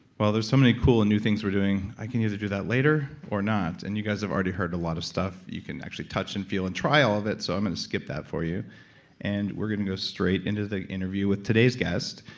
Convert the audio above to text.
while there's so many cool and new things we're doing, i can either do that later or not. and you guys have already heard a lot of stuff. you can actually touch and feel and try all of it, so i'm gonna skip that for you and we're gonna go straight into the interview with today's guest,